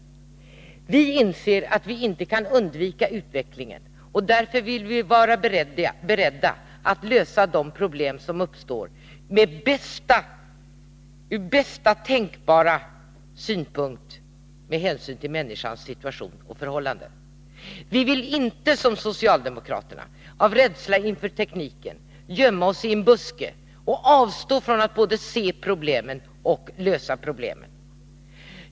Vi inser att vi inte kan undvika utvecklingen, och därför vill vi vara beredda att lösa de problem som uppstår på bästa tänkbara sätt med hänsyn till människans situation och förhållanden. Vi vill inte, som socialdemokraterna, av rädsla inför tekniken gömma oss i en buske och avstå från att se och lösa problemen.